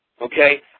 Okay